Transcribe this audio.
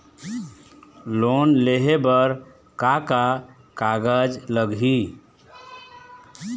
Loan लेहे बर का का कागज लगही?